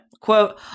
quote